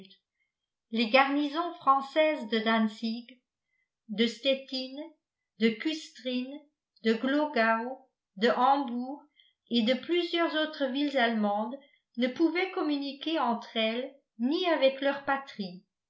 les garnisons françaises de dantzig de stettin de custrin de glogau de hambourg et de plusieurs autres villes allemandes ne pouvaient communiquer entre elles ni avec leur patrie